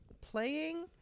playing